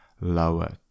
lower